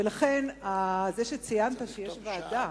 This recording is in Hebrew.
ולכן, זה שציינת שיש ועדה